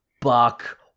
buck